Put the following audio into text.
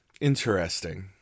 Interesting